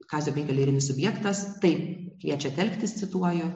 kazio binkio lyrinis subjektas taip kviečia telktis cituoju